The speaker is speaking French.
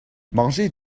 manger